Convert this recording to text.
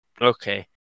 Okay